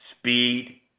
speed